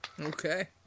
Okay